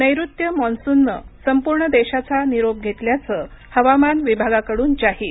नैऋत्य मॉन्सूननं संपूर्ण देशाचा निरोप घेतल्याचं हवामान विभागाकडून जाहीर